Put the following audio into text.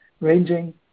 ranging